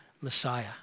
Messiah